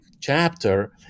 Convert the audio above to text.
chapter